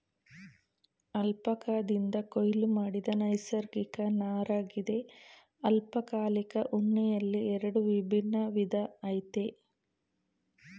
ಅಲ್ಪಕಾದಿಂದ ಕೊಯ್ಲು ಮಾಡಿದ ನೈಸರ್ಗಿಕ ನಾರಗಿದೆ ಅಲ್ಪಕಾಲಿಕ ಉಣ್ಣೆಯಲ್ಲಿ ಎರಡು ವಿಭಿನ್ನ ವಿಧ ಆಯ್ತೆ